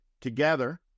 Together